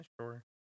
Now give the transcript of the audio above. sure